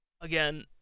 again